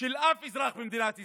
של אף אזרח במדינת ישראל.